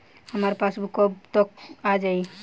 हमार पासबूक कब तक आ जाई?